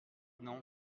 non